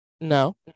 No